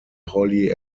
holly